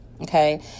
Okay